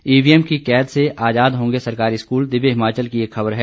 EVM की कैद से आजाद होंगे सरकारी स्कूल दिव्य हिमाचल की एक ख़बर है